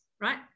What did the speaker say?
Right